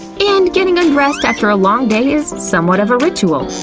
and getting undressed after a long day is somewhat of a ritual.